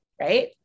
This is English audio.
Right